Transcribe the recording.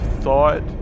thought